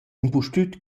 impustüt